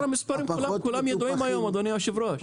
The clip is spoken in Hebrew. המספרים כולם ידועים היום, אדוני היושב-ראש.